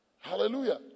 hallelujah